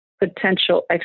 potential